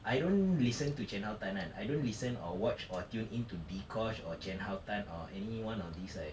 I don't listen to jian hao tan kan I don't listen or watch or tune in to dee kosh or jian hao tan or any one of these like